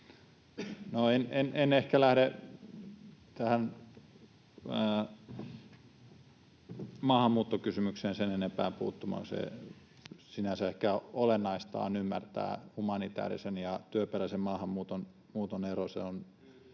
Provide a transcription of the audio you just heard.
en ehkä lähde tähän maahanmuuttokysymykseen sen enempää puuttumaan. Sinänsä ehkä olennaista on ymmärtää humanitäärisen ja työperäisen maahanmuuton ero. [Tuomas